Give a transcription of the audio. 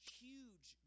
huge